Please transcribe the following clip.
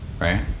right